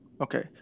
Okay